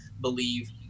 believe